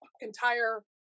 entire